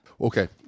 Okay